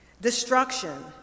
Destruction